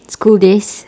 school days